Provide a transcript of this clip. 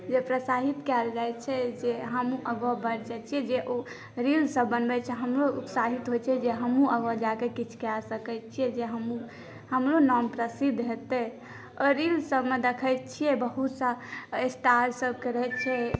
जे प्रसाहित कएल जाइ छै जे हमहूँ आगाँ बढ़ै चाहै छिए ओ रील्ससभ बनबै छै हमहूँ उत्साहित होइ छिए जे हमहूँ ओमहर जाकऽ किछु कऽ सकै छिए जे हमहूँ हमरो नाम प्रसिद्ध हेतै ओहि रीलसबमे देखै छिए बहुत सारा स्टारसबके रहै छै